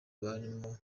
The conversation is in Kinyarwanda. barimo